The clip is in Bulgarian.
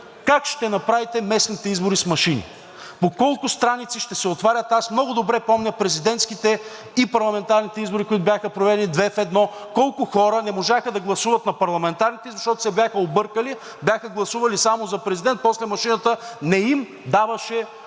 как ще направите местните избори с машини? По колко страници ще се отварят? Аз много добре помня президентските и парламентарните избори, които бяха проведени 2 в 1, колко хора не можаха да гласуват на парламентарните избори, защото се бяха объркали, бяха гласували само за президент, после машината не им даваше да